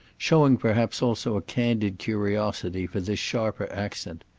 showing perhaps also a candid curiosity for this sharper accent.